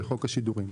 בחוק השידורים.